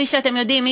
כפי שאתם יודעים,